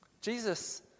Jesus